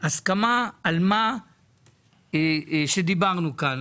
הסכמה על מה שדיברנו כאן.